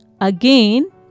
again